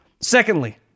Secondly